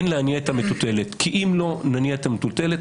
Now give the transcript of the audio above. להניע את המטוטלת כי אם לא נניע את המטוטלת,